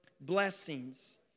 Blessings